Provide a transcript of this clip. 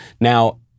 Now